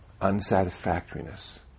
unsatisfactoriness